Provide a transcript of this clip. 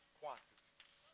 quantities